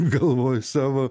galvoji savo